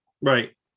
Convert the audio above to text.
Right